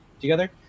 together